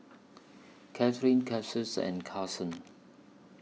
Katherine Cassius and Carsen